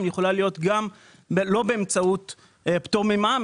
יכולה להיות גם לא באמצעות פטור ממע"מ,